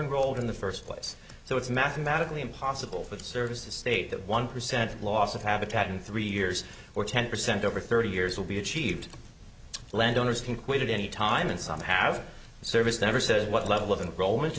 never rolled in the first place so it's mathematically impossible for the service to state that one percent loss of habitat in three years or ten percent over thirty years will be achieved landowners can quit at any time and some have service never said what level of n roll